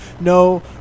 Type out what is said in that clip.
no